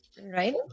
right